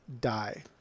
die